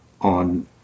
on